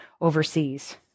overseas